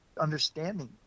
understanding